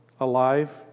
alive